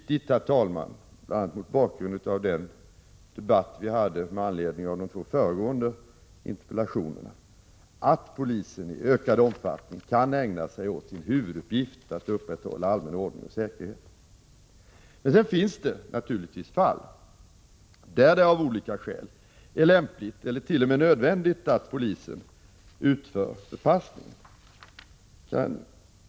a. mot bakgrund av vad som sades i den debatt som vi nyss hade med anledning av de två föregående interpellationerna är det, herr talman, viktigt att polisen i ökad omfattning kan ägna sig åt sin huvuduppgift, att upprätthålla allmän ordning och säkerhet. Men sedan finns naturligtvis fall där det av olika skäl är lämpligt, eller t.o.m. nödvändigt, att polisen utför förpassning.